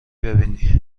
ببینی